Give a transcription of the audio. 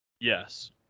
Yes